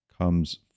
comes